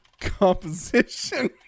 composition